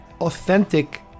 authentic